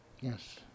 yes